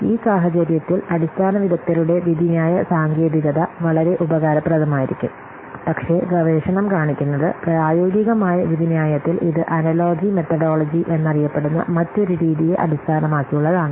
ഈ സാഹചര്യത്തിൽ അടിസ്ഥാന വിദഗ്ദ്ധരുടെ വിധിന്യായ സാങ്കേതികത വളരെ ഉപകാരപ്രദമായിരിക്കും പക്ഷേ ഗവേഷണം കാണിക്കുന്നത് പ്രായോഗികമായി വിധിന്യായത്തിൽ ഇത് അനലോജി മെത്തഡോളജി എന്നറിയപ്പെടുന്ന മറ്റൊരു രീതിയെ അടിസ്ഥാനമാക്കിയുള്ളതാണ്